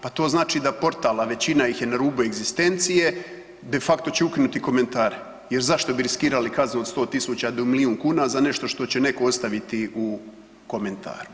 Pa to znači da portal, a većina ih je na rubu egzistencije de fakto će ukinuti komentare jer zašto bi riskirali kaznu od 100.000 do milijun kuna za nešto što će netko ostaviti u komentar.